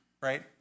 Right